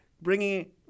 Bringing